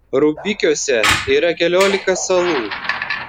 rubikiuose yra keliolika salų